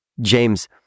James